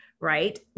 right